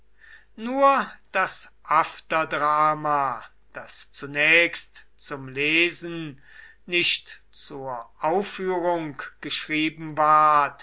nur das afterdrama das zunächst zum lesen nicht zur aufführung geschrieben ward